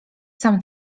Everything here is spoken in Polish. sam